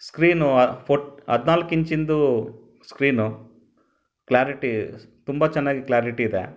screen ಫೋಟ್ ಹದಿನಾಲ್ಕು ಇಂಚಿಂದು ಸ್ಕ್ರೀನು ಕ್ಲಾರಿಟಿ ಸ್ ತುಂಬ ಚೆನ್ನಾಗಿ ಕ್ಲಾರಿಟಿ ಇದೆ